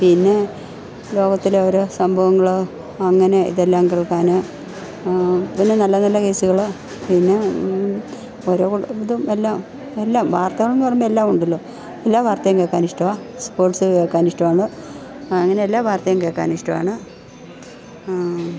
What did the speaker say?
പിന്നെ ലോകത്തിലെ ഓരോ സംഭവങ്ങൾ അങ്ങനെ ഇതെല്ലാം കേൾക്കാൻ നല്ല നല്ല കേസുകൾ പിന്നെ ഓരോ ഇതും എല്ലാം എല്ലാം വാർത്തകൾ എന്ന് പറയുമ്പോൾ എല്ലാം ഉണ്ടല്ലൊ എല്ലാ വാർത്തയും കേൾക്കാൻ ഇഷ്ടമാണ് സ്പോർട്സ് കേൾക്കാൻ ഇഷ്ടമാണ് അങ്ങനെ എല്ലാ വാർത്തയും കേൾക്കാൻ ഇഷ്ടമാണ്